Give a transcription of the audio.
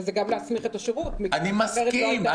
אבל זה גם להסמיך את השירות --- אני מסכים,